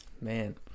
man